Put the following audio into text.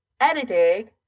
editing